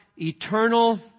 eternal